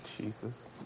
Jesus